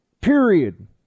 period